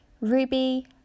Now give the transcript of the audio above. ruby